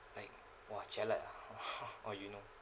like !wah! jialat ah or you know